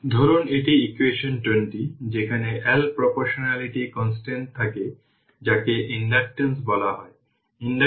ধরুন এই ভোল্টেজ যদি v হয় তাহলে ভোল্টেজ ডিভিশন vx